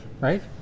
Right